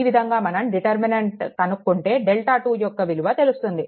ఈ విధంగా మనం డిటర్మినెంట్ కనుక్కుంటే డెల్టా2 యొక్క విలువ తెలుస్తుంది